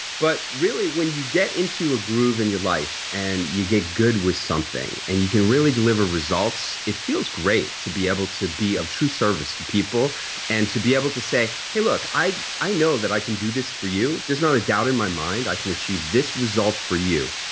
but really when you get into a groove in your life and you get good with something and you can really deliver results, it feels great to be able to be of true service to people and to be able to say hey look, i i know that i can do this for you. there's not a doubt in my mind i can achieve this result for you.